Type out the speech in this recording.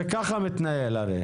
הרי כך זה מתנהל.